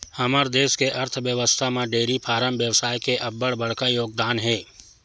हमर देस के अर्थबेवस्था म डेयरी फारम बेवसाय के अब्बड़ बड़का योगदान हे